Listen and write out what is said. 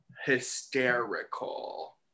hysterical